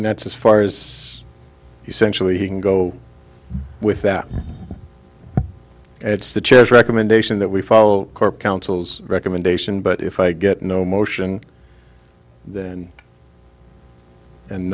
and that's as far as essentially he can go with that it's the church recommendation that we follow core councils recommendation but if i get no motion then and